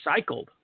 recycled